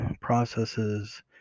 processes